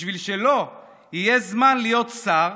בשביל שלו יהיה זמן להיות שר,